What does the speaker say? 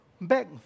back